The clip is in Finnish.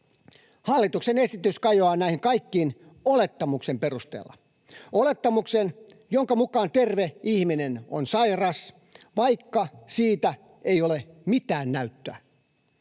Hallituksen esitys kajoaa näihin kaikkiin olettamuksen perusteella. Olettamuksen, jonka mukaan terve ihminen on sairas, vaikka siitä ei ole mitään näyttöä.